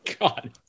God